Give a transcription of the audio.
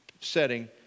setting